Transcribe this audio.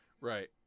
Right